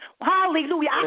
Hallelujah